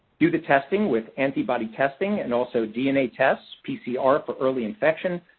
do the testing with antibody testing and also dna tests, pcr for early infection.